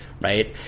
right